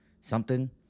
something-